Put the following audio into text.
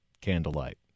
candlelight